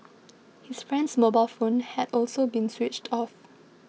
his friend's mobile phone had also been switched off